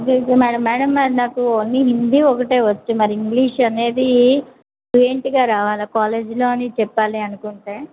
okay okay madam madam మరి నాకు మీ హిందీ ఒకటే వచ్చు ఇంకా మరి ఇంగ్లీష్ అనేది ఫ్లూయెంట్గా రావాలా కాలేజీల్లో అని చెప్పాలి అనుకుంటే